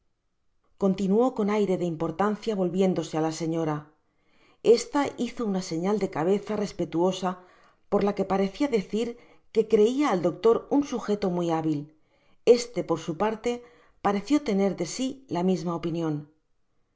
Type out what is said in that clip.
continuó con aire de importancia volviéndose á la señora esta hizo una señal de cabeza respetuosa por la que parecia decir que creia al doctor un sujeto muy habil este por su parte pareció tener de si la misma opinion i